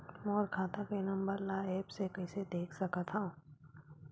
मोर खाता के नंबर ल एप्प से कइसे देख सकत हव?